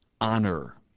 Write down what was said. Honor